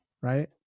right